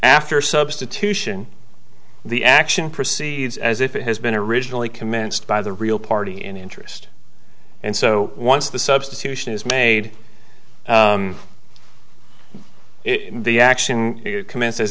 after substitution the action proceeds as if it has been originally commenced by the real party in interest and so once the substitution is made it and the action commenced as